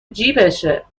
جیبشه